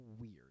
weird